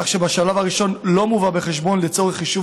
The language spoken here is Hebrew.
כך שבשלב הראשון לא מובא בחשבון לצורך חישוב